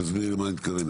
תסבירי למה את מתכוונת.